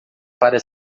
para